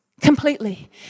Completely